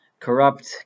Corrupt